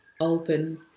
open